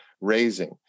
raising